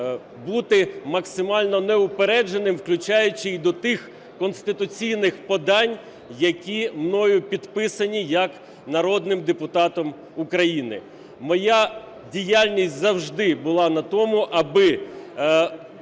бути максимально неупередженим, включаючи і до тих конституційних подань, які мною підписані як народним депутатом України. Моя діяльність завжди була на тому, аби